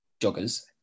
joggers